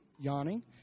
yawning